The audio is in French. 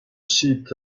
sites